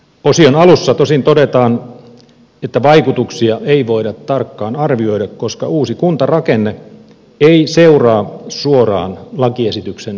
osion alussa tosin todetaan että vaikutuksia ei voida tarkkaan arvioida koska uusi kuntarakenne ei seuraa suoraan lakiesityksen hyväksymisestä